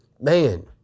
Man